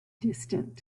distant